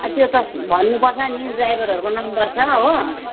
त्यो त भन्नुपर्छ नि ड्राइभरहरूको नम्बर छ हो